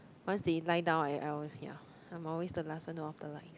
once they lied down ya I'm always the last one to off the lights